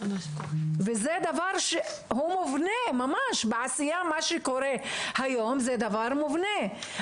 וזה דבר שהוא מובנה היום בעשייה.